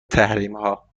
تحریمها